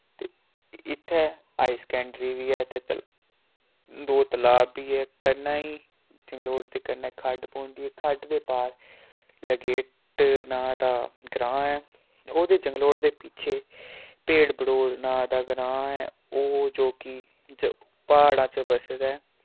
ते इत्थै higher secondary वी ऐ ते तल दो तालाब वी ऐ कन्नै ही जंगलोट दे कन्नै खड्ड पौंदी ऐ खड्ड दे पार लगेट नां दा ग्रां ऐ ओह्दे जंगलोट दे पिच्छे भेड़बड़ो नां दा ग्रां ऐ ओह् जो कि ज प्हाड़ां च बस्से दा ऐ